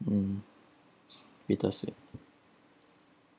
mm bittersweet